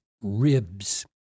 ribs